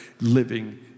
living